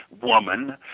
woman